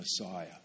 Messiah